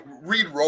Read